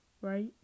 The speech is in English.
right